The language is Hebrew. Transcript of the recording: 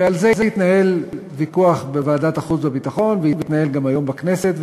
ועל זה התנהל ויכוח בוועדת החוץ והביטחון והתנהל גם היום בכנסת,